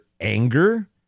anger